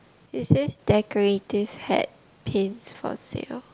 it says decorative hat paints for sale